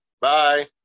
Bye